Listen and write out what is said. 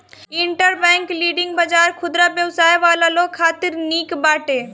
interbank lending बाजार खुदरा व्यवसाय वाला लोग खातिर निक बाटे